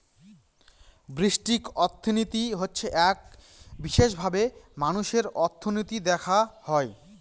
ব্যষ্টিক অর্থনীতি হচ্ছে এক বিশেষভাবে মানুষের অর্থনীতি দেখা হয়